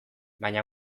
baina